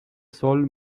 sol